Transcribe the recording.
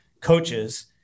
coaches